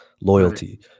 loyalty